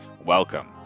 Welcome